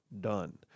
done